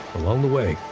along the way,